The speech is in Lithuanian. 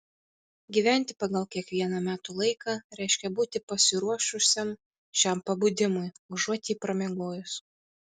gyventi pagal kiekvieną metų laiką reiškia būti pasiruošusiam šiam pabudimui užuot jį pramiegojus